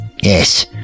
Yes